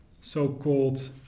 so-called